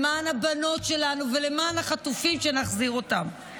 למען הבנות שלנו ולמען החטופים, שנחזיר אותם.